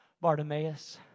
Bartimaeus